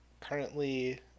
currently